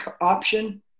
option